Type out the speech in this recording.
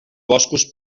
boscos